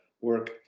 work